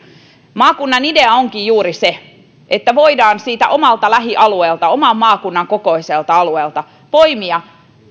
maakunnan idea onkin juuri siinä että voidaan siitä omalta lähialueelta oman maakunnan kokoiselta alueelta poimia